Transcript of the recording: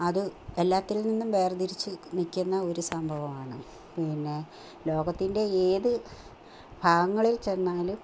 അത് എല്ലാത്തിൽ നിന്നും വേർതിരിച്ച് നിൽക്കുന്ന ഒരു സംഭവമാണ് പിന്നെ ലോകത്തിൻ്റെ ഏതു ഭാഗങ്ങളിൽച്ചെന്നാലും